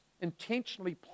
Intentionally